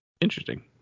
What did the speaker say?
Interesting